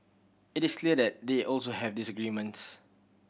it is clear that they also have disagreements